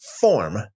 form